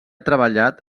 treballat